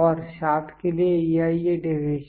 और शाफ्ट के लिए ei ये डेविएशंस हैं